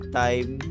time